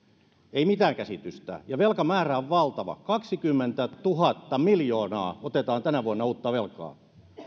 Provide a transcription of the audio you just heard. ei mitään käsitystä ja velkamäärä on valtava kaksikymmentätuhatta miljoonaa otetaan tänä vuonna uutta velkaa